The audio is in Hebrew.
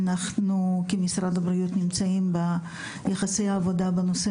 אנחנו כמשרד הבריאות נמצאים ביחסי עבודה בנושא